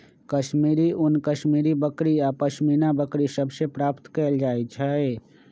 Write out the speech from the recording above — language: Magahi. कश्मीरी ऊन कश्मीरी बकरि आऽ पशमीना बकरि सभ से प्राप्त कएल जाइ छइ